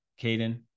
Caden